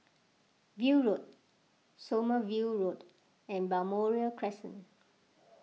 View Road Sommerville Road and Balmoral Crescent